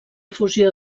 fusió